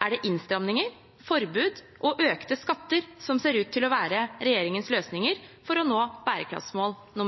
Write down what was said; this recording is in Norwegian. er det innstramninger, forbud og økte skatter som ser ut til å være regjeringens løsninger for å nå